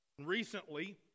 Recently